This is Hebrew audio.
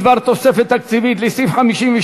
ההסתייגויות לסעיף 52,